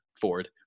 Ford